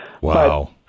Wow